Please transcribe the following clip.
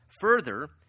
Further